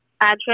address